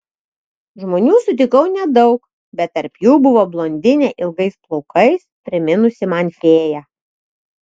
žmonių sutikau nedaug bet tarp jų buvo blondinė ilgais plaukais priminusi man fėją